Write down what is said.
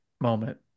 moment